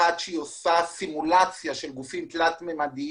אחת שעושה סימולציה לגופים תלת ממדיים.